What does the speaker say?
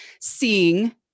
seeing